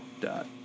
dot